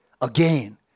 Again